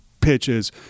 pitches